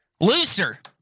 Looser